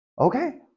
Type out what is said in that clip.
Okay